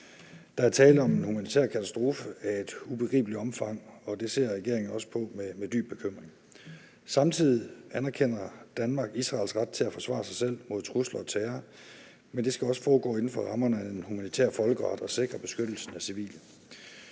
Der er tale om en humanitær katastrofe af et ubegribeligt omfang, og det ser regeringen også på med dyb bekymring. Samtidig anerkender Danmark Israels ret til at forsvare sig selv mod trusler og terror, men det skal også foregå inden for rammerne af den humanitære folkeret og sikre beskyttelsen af civile.